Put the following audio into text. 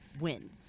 win